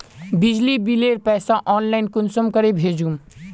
बिजली बिलेर पैसा ऑनलाइन कुंसम करे भेजुम?